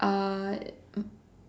uh